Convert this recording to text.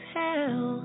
tell